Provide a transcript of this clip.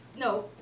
No